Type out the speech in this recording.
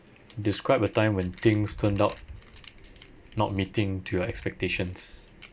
describe a time when things turned out not meeting to your expectations